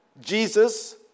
Jesus